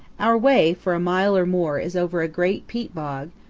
our way for a mile or more is over a great peat bog,